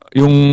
yung